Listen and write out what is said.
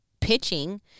pitching